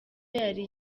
yari